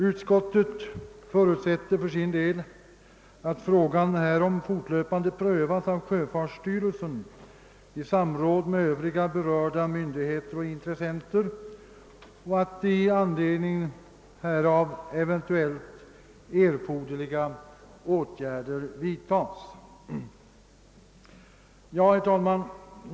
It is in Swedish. Utskottet förutsätter för sin del att frågan härom fortlöpande prövas av sjöfartsstyrelsen i samråd med övriga berörda myndigheter och intressenter och att i anledning härav erforderliga åtgärder vidtas.